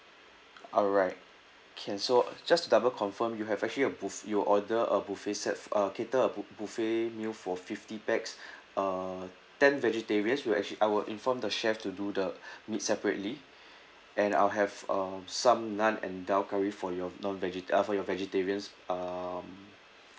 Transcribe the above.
alright can so just to double confirm you have actually a buff~ you order a buffet set uh cater a bu~ buffet meal for fifty pax uh ten vegetarians we'll actually I will inform the chef to do the meat separately and I'll have uh some naan and dhal curry for your non vegeta~ uh for your vegetarians um